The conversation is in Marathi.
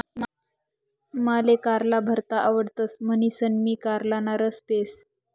माले कारला भरता आवडतस म्हणीसन मी कारलाना रस पेस